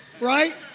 Right